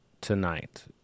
tonight